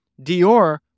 Dior